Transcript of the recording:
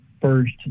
first